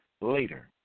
later